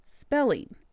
spelling